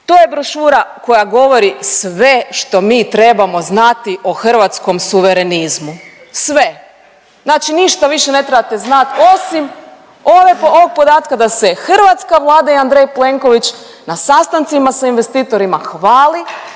to je brošura koja govori sve što mi trebamo znati o hrvatskom suverenizmu, sve. Znači ništa više ne trebate znat osim ovog podatka da se hrvatska vlada i Andrej Plenković na sastancima sa investitorima hvali